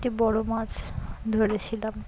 একটি বড়ো মাছ ধরেছিলাম